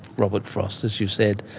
robert frost, as you said.